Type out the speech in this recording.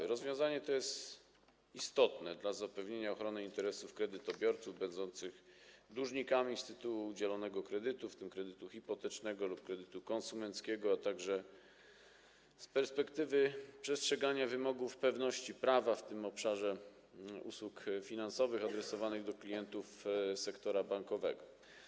To rozwiązanie jest istotne dla zapewnienia ochrony interesów kredytobiorców będących dłużnikami z tytułu udzielonego kredytu, w tym kredytu hipotecznego lub kredytu konsumenckiego, a także z perspektywy przestrzegania wymogów pewności prawa w obszarze usług finansowych adresowanych do klientów sektora bankowego.